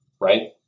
right